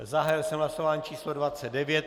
Zahájil jsem hlasování číslo 29.